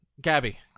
gabby